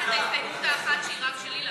רק את הסתייגות האחת שהיא רק שלי להשאיר,